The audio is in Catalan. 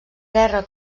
guerra